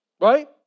right